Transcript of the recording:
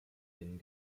den